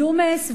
ג'ומס,